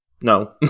No